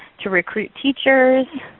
to recruit teachers,